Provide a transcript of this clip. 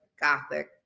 gothic